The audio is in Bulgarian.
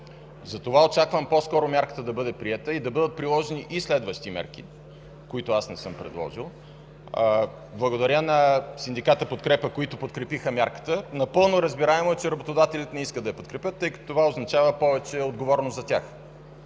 Затова очаквам по-скоро мярката да бъде приета и да бъдат приложени и следващи мерки, които аз не съм предложил. Благодаря на синдиката „Подкрепа”, които подкрепиха мярката. Напълно разбираемо е, че работодателите не искат да я подкрепят, тъй като това означава повече отговорност за тях